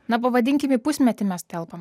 na pavadinkim į pusmetį mes telpam